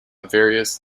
various